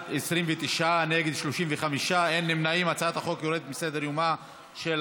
ההצעה להעביר לוועדה את הצעת חוק תרומת ביציות